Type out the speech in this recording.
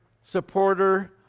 supporter